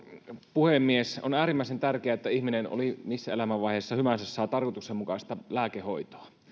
puhemies on äärimmäisen tärkeää että ihminen oli missä elämänvaiheessa hyvänsä saa tarkoituksenmukaista lääkehoitoa